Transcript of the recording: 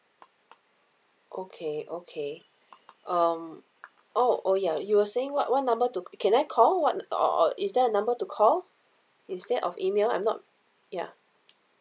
okay okay um oh oh ya you were saying what what number to can I call what uh or or is there a number to call instead of email I'm not ya